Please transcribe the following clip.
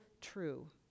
true